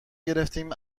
گرفتهایم